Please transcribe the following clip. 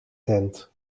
tent